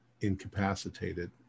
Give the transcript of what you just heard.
incapacitated